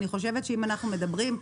אני חושבת שאם אנחנו מדברים,